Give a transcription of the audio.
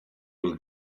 will